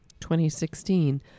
2016